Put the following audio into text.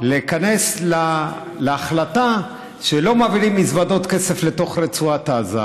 להיכנס להחלטה שלא מעבירים מזוודות כסף לתוך רצועת עזה,